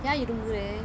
ya you